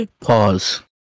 pause